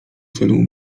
celu